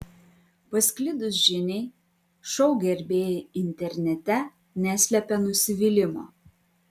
pasklidus žiniai šou gerbėjai internete neslepia nusivylimo